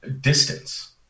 distance